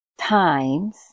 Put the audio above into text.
times